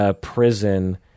prison